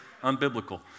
unbiblical